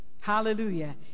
Hallelujah